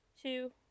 two